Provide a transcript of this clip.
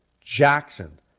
Jackson